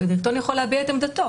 הדירקטוריון יכול להביע את עמדתו.